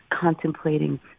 contemplating